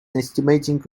estimating